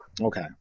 Okay